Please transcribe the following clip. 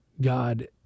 God